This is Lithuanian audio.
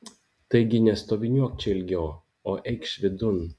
taigi nestoviniuok čia ilgiau o eikš vidun